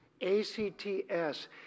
A-C-T-S